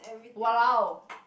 !walao!